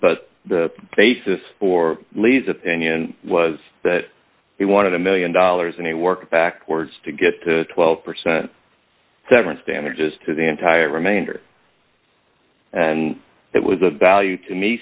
but the basis for lee's opinion was that he wanted a one million dollars and he worked backwards to get to twelve percent severance damages to the entire remainder and that was of value to me